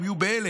הם היו בהלם